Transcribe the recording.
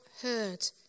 heard